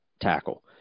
tackle